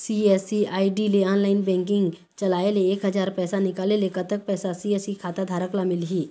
CSC ID ले online banking चलाए ले एक हजार पैसा निकाले ले कतक पैसा सी.एस.सी खाता धारक ला मिलही?